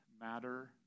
matter